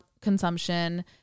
consumption